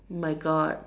my God